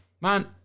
man